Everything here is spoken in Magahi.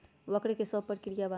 वक्र कि शव प्रकिया वा?